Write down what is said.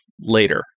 later